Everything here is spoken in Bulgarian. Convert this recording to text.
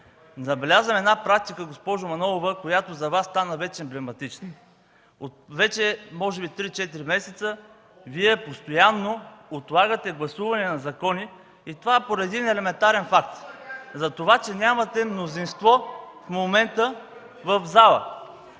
Забелязвам една практика, госпожо Манолова, която за Вас стана вече емблематична. Може би от вече 3-4 месеца Вие постоянно отлагате гласуване на закони и това е поради един елементарен факт – затова, че нямате мнозинство в момента в залата.